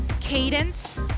cadence